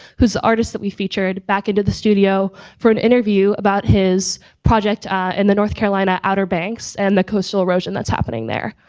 who art is that we featured back into the studio for an interview about his project and the north carolina outer banks and the coastal erosion that's happening there.